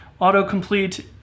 autocomplete